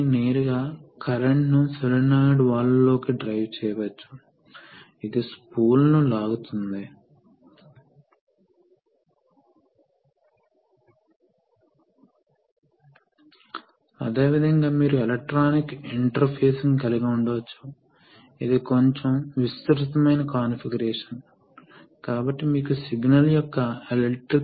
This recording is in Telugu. కాబట్టి తరువాతి ఉదాహరణను చూద్దాం ఇప్పుడు మనం సేవ్ చేయదలిచిన కొన్ని ప్రత్యేకమైన పనులను చేయాలనుకుంటున్నాము కొన్నిసార్లు నేను చెప్పినట్లుగా జరుగుతుంది ఎక్సటెన్షన్ స్ట్రోక్ సమయంలో మనము లోడ్ కు వ్యతిరేకంగా గట్టిగా పుష్ చేస్తాము కాబట్టి మీరు దీన్ని నెమ్మదిగా చేయాలనుకుంటున్నారు